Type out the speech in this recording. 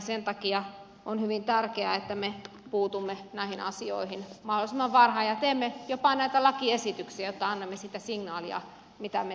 sen takia on hyvin tärkeää että me puutumme näihin asioihin mahdollisimman varhain ja teemme jopa näitä lakiesityksiä jotta annamme sitä signaalia mitä me toivomme tulevaisuudelta